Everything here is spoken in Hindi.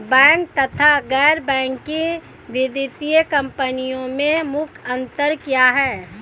बैंक तथा गैर बैंकिंग वित्तीय कंपनियों में मुख्य अंतर क्या है?